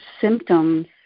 symptoms